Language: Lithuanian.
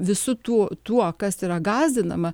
visu tu tuo kas yra gąsdinama